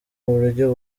buryo